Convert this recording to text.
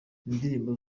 indirimbo